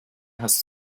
hast